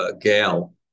Gail